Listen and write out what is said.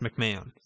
McMahon